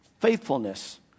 faithfulness